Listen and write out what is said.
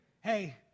Hey